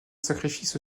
sacrifice